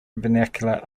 vernacular